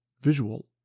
visual